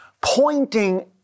pointing